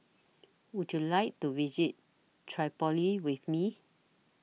Would YOU like to visit Tripoli with Me